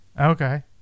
Okay